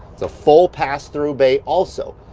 it's a full pass through bay also.